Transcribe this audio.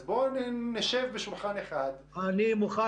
אז בואו נשב בשולחן אחד --- אני מוכן